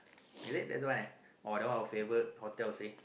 is it that one uh that one our favourite hotels ah